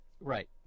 Right